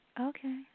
Okay